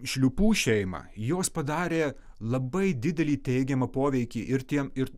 šliūpų šeimą jos padarė labai didelį teigiamą poveikį ir tiem ir